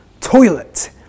toilet